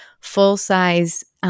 full-size